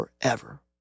forever